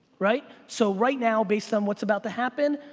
right? so, right now based on what's about to happen,